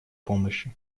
помощи